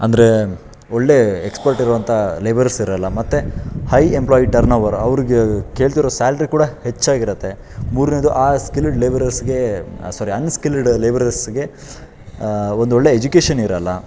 ಅಂದರೆ ಒಳ್ಳೆಯ ಎಕ್ಸ್ಪರ್ಟ್ ಇರುವಂಥ ಲೇಬರರ್ಸ್ ಇರೋಲ್ಲ ಮತ್ತು ಹೈ ಎಂಪ್ಲಾಯ್ ಟರ್ನವರ್ ಅವ್ರಿಗೆ ಕೇಳ್ತಿರೋ ಸ್ಯಾಲ್ರಿ ಕೂಡ ಹೆಚ್ಚಾಗಿರುತ್ತೆ ಮೂರನೇದು ಆ ಸ್ಕಿಲ್ಡ್ ಲೇಬರರ್ಸ್ಗೆ ಸಾರಿ ಅನ್ಸ್ಕಿಲ್ಡ್ ಲೇಬರರ್ಸ್ಗೆ ಒಂದು ಒಳ್ಳೆಯ ಎಜುಕೇಷನ್ ಇರೋಲ್ಲ